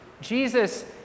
Jesus